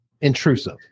intrusive